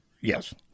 Yes